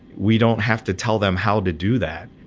we don't have to tell them how to do that.